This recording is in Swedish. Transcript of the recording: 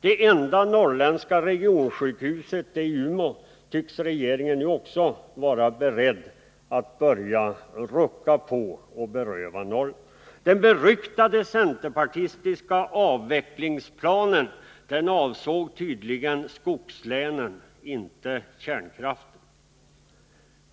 Det enda norrländska regionsjukhuset, det i Umeå, tycks regeringen nu också vara beredd att börja rucka på och beröva Norrland. Den beryktade centerpartistiska avvecklingsplanen avsåg tydligen skogslänen, inte kärnkraften.